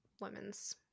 women's